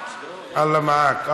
אללה מעק.